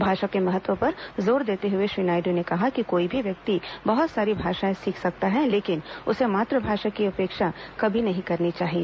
भाषा के महत्व पर जोर देते हुए श्री नायड् ने कहा कि कोई भी व्यक्ति बहुत सारी भाषाएं सीख सकता है लेकिन उसे मातृभाषा की उपेक्षा कभी नहीं करनी चाहिए